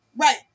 Right